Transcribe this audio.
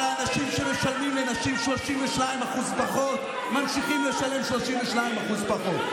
אבל האנשים שמשלמים לנשים 32% פחות ממשיכים לשלם 32% פחות.